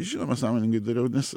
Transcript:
žinoma sąmoningai dariau nes